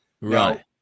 Right